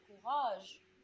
courage